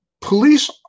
Police